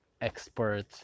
expert